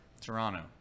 Toronto